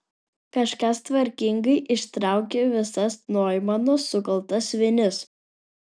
kažkas tvarkingai ištraukė visas noimano sukaltas vinis